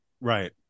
Right